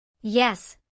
Yes